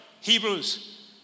Hebrews